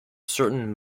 certain